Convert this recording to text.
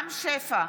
רם שפע,